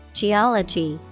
geology